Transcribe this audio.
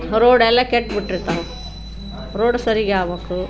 road ಎಲ್ಲ ಕೆಟ್ಬಿಟ್ಟಿರ್ತಾವೆ road ಸರಿಗೆ ಆಗಬೇಕು